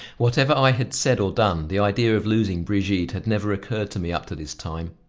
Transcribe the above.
whatever i had said or done, the idea of losing brigitte had never occurred to me up to this time.